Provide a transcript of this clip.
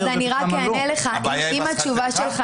אם התשובה שלך